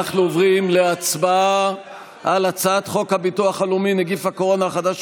אנחנו עוברים להצבעה על הצעת חוק הביטוח הלאומי (נגיף הקורונה החדש,